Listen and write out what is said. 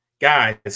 guys